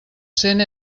cent